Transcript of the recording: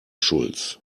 schulz